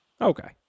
Okay